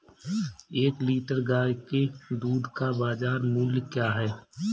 एक लीटर गाय के दूध का बाज़ार मूल्य क्या है?